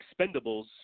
expendables